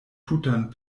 tutan